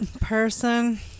person